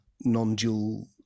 non-dual